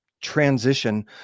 transition